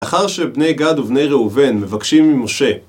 לאחר שבני גד ובני ראובן מבקשים ממשה